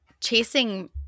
chasing